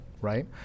right